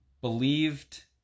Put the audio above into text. believed